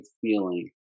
feeling